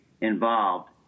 involved